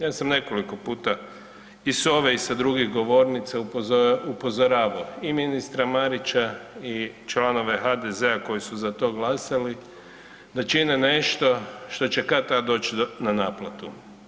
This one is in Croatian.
Ja sam nekoliko puta i s ove i sa druge govornice upozoravao, i ministra Marića i članove HDZ-a koji su za to glasali da čine nešto što će kad-tad doći na naplatu.